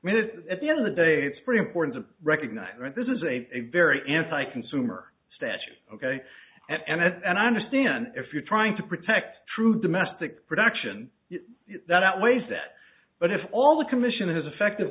en at the end of the day it's pretty important to recognize that this is a very anti consumer statute ok and i understand if you're trying to protect true domestic production that outweighs that but if all the commission has effect